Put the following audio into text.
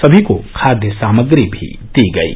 सभी को खाद्य सामग्री भी दी गयी